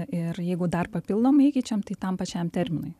ir jeigu dar papildomai keičiam tai tam pačiam terminui